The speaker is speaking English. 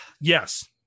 Yes